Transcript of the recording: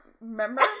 remember